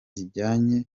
zijyanye